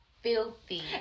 Filthy